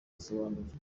asobanura